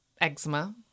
Eczema